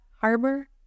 harbor